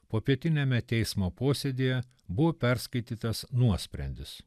popietiniame teismo posėdyje buvo perskaitytas nuosprendis